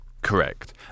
Correct